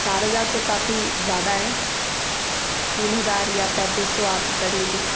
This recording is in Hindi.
चार हज़ार तो काफी ज्यादा है तीन हज़ार या पैंतीस सौ आप कर लीजिए